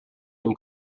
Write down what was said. them